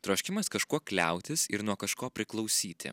troškimas kažkuo kliautis ir nuo kažko priklausyti